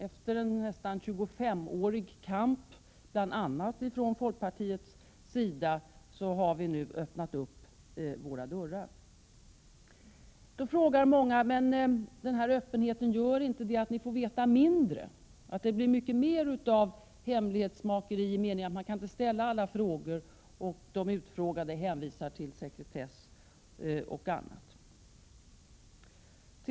Efter en nästan 25-årig kamp, bl.a. från folkpartiets sida, har vi nu öppnat våra dörrar. Många frågar: Innebär inte den här öppenheten att ni får veta mindre och att det blir mer av hemlighetsmakeri genom att det inte går att ställa alla frågor och genom att de utfrågade hänvisar till sekretess och annat?